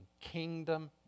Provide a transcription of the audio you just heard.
Kingdom